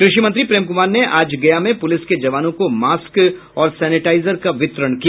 कृषि मंत्री प्रेम कुमार ने आज गया में पुलिस के जवानों को मास्क और सैनिटाईजर का वितरण किया